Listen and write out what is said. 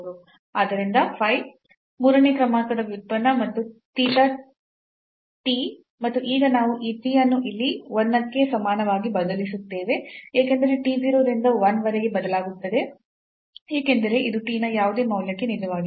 ಆದ್ದರಿಂದ ಫೈ ಮೂರನೇ ಕ್ರಮಾಂಕದ ವ್ಯುತ್ಪನ್ನ ಮತ್ತು ಥೀಟಾ ಟಿ ಮತ್ತು ಈಗ ನಾವು ಈ t ಅನ್ನು ಇಲ್ಲಿ 1 ಕ್ಕೆ ಸಮಾನವಾಗಿ ಬದಲಿಸುತ್ತೇವೆ ಏಕೆಂದರೆ t 0 ರಿಂದ 1 ರವರೆಗೆ ಬದಲಾಗುತ್ತದೆ ಏಕೆಂದರೆ ಇದು ಈ t ನ ಯಾವುದೇ ಮೌಲ್ಯಕ್ಕೆ ನಿಜವಾಗಿದೆ